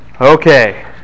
Okay